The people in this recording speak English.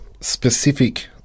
specific